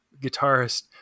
guitarist